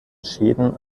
schäden